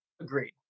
Agreed